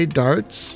darts